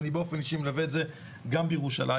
אני באופן אישי רואה את זה גם בירושלים,